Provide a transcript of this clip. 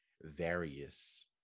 various